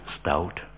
stout